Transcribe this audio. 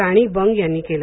राणी बंग यांनी केलं